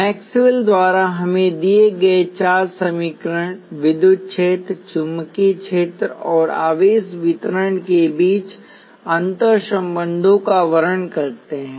Maxwell द्वारा हमें दिए गए चार समीकरण विद्युत क्षेत्र चुंबकीय क्षेत्र और आवेश वितरण के बीच अंतर्संबंधों का वर्णन करते हैं